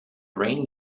rainy